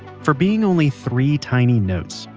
for being only three tiny notes,